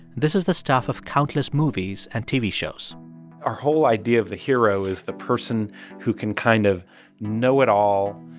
this is the stuff of countless movies and tv shows our whole idea of the hero is the person who can kind of know it all,